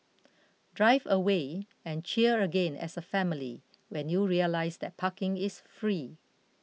drive away and cheer again as a family when you realise that parking is free